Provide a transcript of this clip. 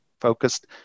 focused